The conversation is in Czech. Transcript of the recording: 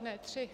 Ne, tři.